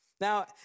Now